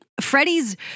Freddie's